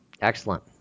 Excellent